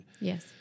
Yes